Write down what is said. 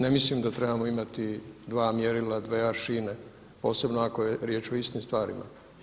Ne mislim da trebamo imati dva mjerila, dve aršine posebno ako je riječ o istim stvarima.